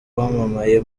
wamamaye